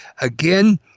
Again